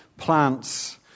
plants